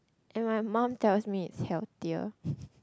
and my mum tells me it's healthier